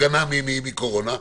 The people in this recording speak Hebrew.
הגנה מקורונה,